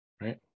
right